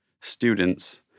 students